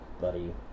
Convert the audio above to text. buddy